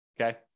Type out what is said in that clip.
Okay